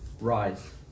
Rise